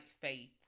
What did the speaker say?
Faith